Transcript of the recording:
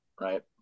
right